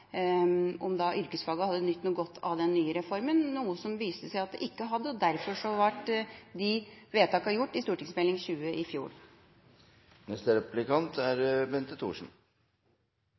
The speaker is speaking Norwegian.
om yrkesfagene hadde nytt godt av den nye reformen, noe det viste seg at de ikke hadde. Derfor ble disse vedtakene gjort i forbindelse med behandlingen av Meld. St. 20 for 2012–2013 i fjor.